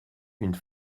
une